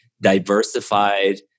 diversified